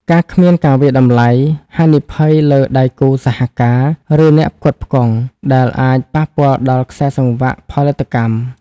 ការគ្មានការវាយតម្លៃហានិភ័យលើដៃគូសហការ ឬអ្នកផ្គត់ផ្គង់ ដែលអាចប៉ះពាល់ដល់ខ្សែសង្វាក់ផលិតកម្ម។